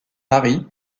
mari